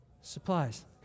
supplies